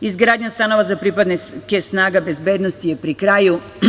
Izgradnja stanova za pripadnike snaga bezbednosti je pri kraju.